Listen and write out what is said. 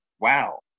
wow